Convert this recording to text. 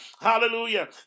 hallelujah